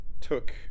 took